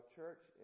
church